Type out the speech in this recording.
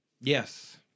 Yes